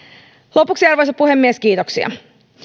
lopuksi arvoisa puhemies kiitoksia